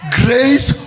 grace